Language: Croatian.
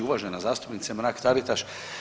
Uvažena zastupnice Mrak Taritaš.